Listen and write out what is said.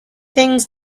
things